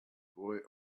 boy